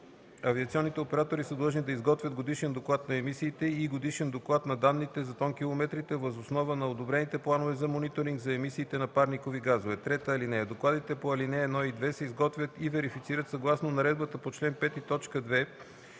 Авиационните оператори са длъжни да изготвят годишен доклад на емисиите и годишен доклад на данните за тонкилометрите въз основа на одобрените планове за мониторинг за емисиите на парникови газове. (3) Докладите по ал. 1 и 2 се изготвят и верифицират съгласно наредбата по чл. 5,